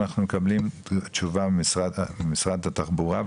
כדי לקבל תשובה ממשרד התחבורה,